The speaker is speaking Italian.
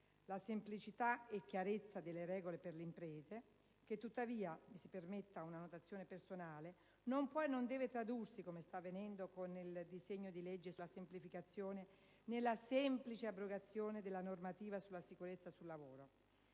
la semplicità e la chiarezza delle regole per le imprese che, tuttavia, mi si permetta una valutazione personale, non può e non deve tradursi, come sta avvenendo con il disegno di legge sulla semplificazione, nella semplice abrogazione della normativa sulla sicurezza sul lavoro.